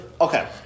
Okay